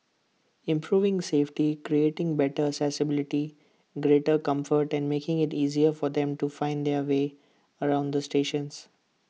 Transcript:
improving safety creating better accessibility greater comfort and making IT easier for them to find their way around the stations